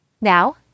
Now